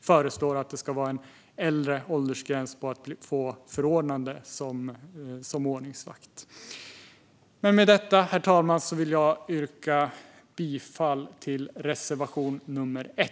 föreslår att det ska vara högre åldersgräns för förordnande som ordningsvakt. Med detta, herr talman, vill jag yrka bifall till reservation 1.